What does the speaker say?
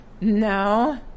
No